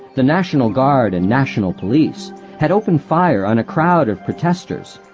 the national guard and national police had opened fire on a crowd of protesters